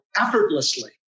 effortlessly